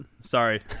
Sorry